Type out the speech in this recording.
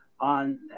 on